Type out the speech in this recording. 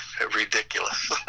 ridiculous